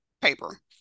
paper